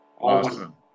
Awesome